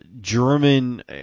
German